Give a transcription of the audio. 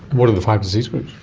what are the five disease groups?